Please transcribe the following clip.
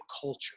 culture